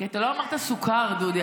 כי אתה לא אמרת סוכר, דודי.